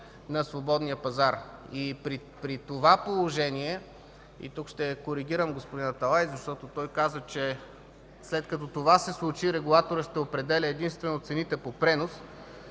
на свободния пазар. При това положение, и тук ще коригирам господин Аталай, защото той каза, че след като това се случи, регулаторът ще определя единствено цените по пренос.